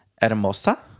hermosa